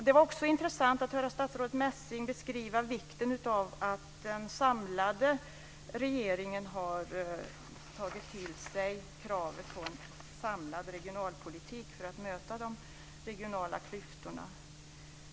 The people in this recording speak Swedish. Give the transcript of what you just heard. Det var också intressant att höra statsrådet Messing beskriva vikten av att hela regeringen har tagit till sig kravet på en samlad regionalpolitik för att möta de regionala klyftorna.